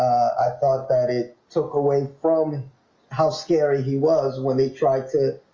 i thought that it took away from how scary he was when they tried to?